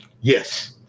Yes